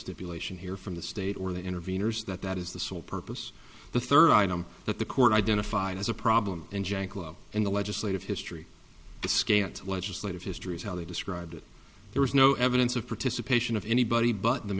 stipulation here from the state or the interveners that that is the sole purpose the third item that the court identified as a problem and janklow and the legislative history scant legislative history is how they described it there was no evidence of participation of anybody but the